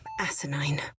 Asinine